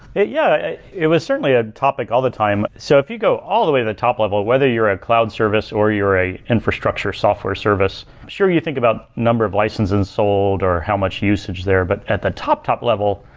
yeah. it was certainly a topic all the time. so if you go all the way to the top level, whether you're a cloud service or you're a infrastructure software service, sure you think about number of license and sold, or how much usage there. but at the top, top level,